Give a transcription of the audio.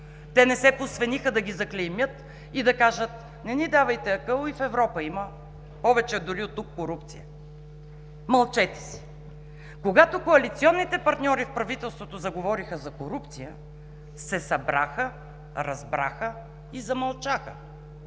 те не се посвениха да ги заклеймят и да кажат: „Не ни давайте акъл. И в Европа има повече, дори от тук, корупция. Мълчете си!“. Когато коалиционните партньори в правителството заговориха за корупция, се събраха, разбраха и замълчаха.